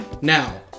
Now